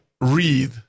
read